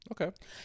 Okay